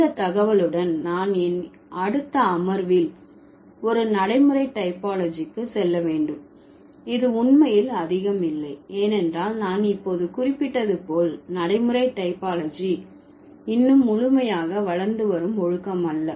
இந்த தகவலுடன் நான் என் அடுத்த அமர்வில் ஒரு நடைமுறை டைபாலஜிக்கு செல்ல வேண்டும் இது உண்மையில் அதிகம் இல்லை ஏனென்றால் நான் இப்போது குறிப்பிட்டது போல் நடைமுறை டைபாலஜி இன்னும் முழுமையாக வளர்ந்து வரும் ஒழுக்கம் அல்ல